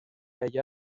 allà